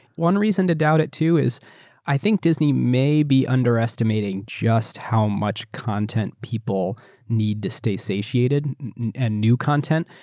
one reason to doubt it, too, is i think disney may be underestimating just how much content people need to stay satiated with and new content.